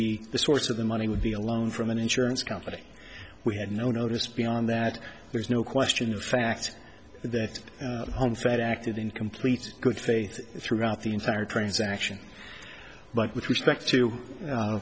be the source of the money would be a loan from an insurance company we had no notice beyond that there's no question the fact that the home fed acted in complete good faith throughout the entire transaction but with respect to